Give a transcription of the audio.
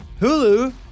Hulu